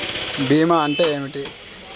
భీమా అంటే ఏమిటి?